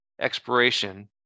expiration